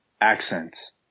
accents